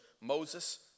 Moses